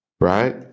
right